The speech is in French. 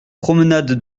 promenade